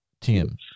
Tim